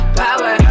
power